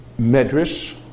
medrash